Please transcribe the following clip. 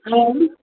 हा